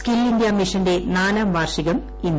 skill India ്മിഷന്റെ നാലാം വാർഷികം ഇന്ന്